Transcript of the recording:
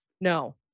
No